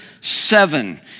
seven